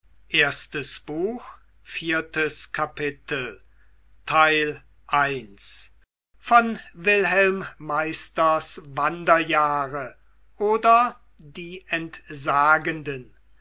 goethe wilhelm meisters wanderjahre oder die entsagenden